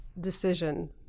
decision